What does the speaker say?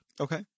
Okay